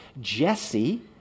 Jesse